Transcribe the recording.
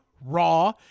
Raw